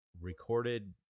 recorded